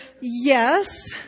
yes